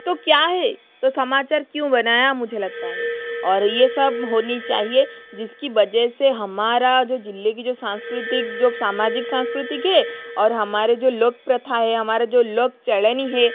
तो क्या है तो समाचार क्यों बनाया मुझे लगता हे और ये सब होनी चाहिए जिसकी वजह से हमारा जो जिले की जो सांस्कृतिक जो सामाजिक सांस्कृतिक है और हमारे जो लोक प्रथाएं है हमारे जो लोक चड़नी है